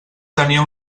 tenia